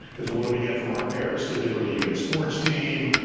cause what do we get from our parents? typically you get a sports team,